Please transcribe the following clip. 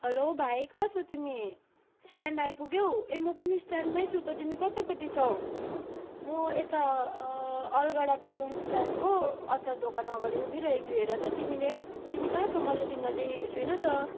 hello भाइ कहाँ छौ तिमी स्ट्यान्ड आइपुग्यौ ए म पनि स्ट्यान्डमै छु त तिमी कतापट्टि छौ म एता अलगडा पेदोङ स्ट्यान्डको अचार दोकान अगाडि उभिइरहेको छु हेर त तिमीले तिमी कहाँ छौ मैले त तिमीलाई देखेको छुइनँ त